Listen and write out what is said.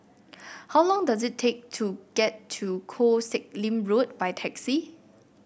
how long does it take to get to Koh Sek Lim Road by taxi